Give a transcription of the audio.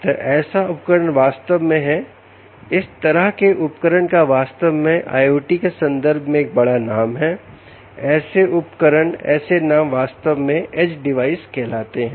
तो ऐसा उपकरण वास्तव में है इस तरह का उपकरण का वास्तव में IoT के संदर्भ में एक बड़ा नाम है और ऐसे उपकरण ऐसे नाम वास्तव में एज डिवाइस कहलाते हैं